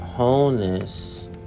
Wholeness